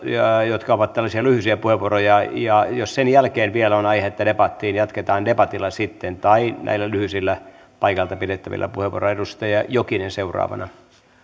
jotka ovat tällaisia lyhyisiä puheenvuoroja ja jos sen jälkeen vielä on aihetta debattiin jatketaan debatilla sitten tai näillä lyhyisillä paikalta pidettävillä puheenvuoroilla edustaja jokinen seuraavana